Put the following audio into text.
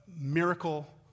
miracle